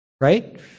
Right